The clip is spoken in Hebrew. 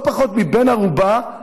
לא פחות מבן ערובה,